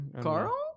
Carl